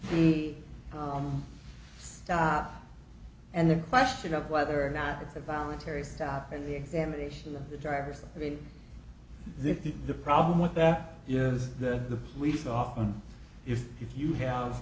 stuff and the question of whether or not it's a voluntary stop and the examination of the drivers i mean this is the problem with that is the police often if if you have